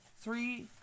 three